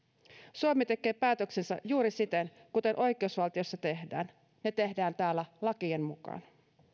suomi tekee päätöksensä juuri siten kuin oikeusvaltiossa tehdään ne tehdään täällä lakien mukaan